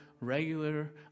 regular